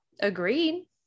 agreed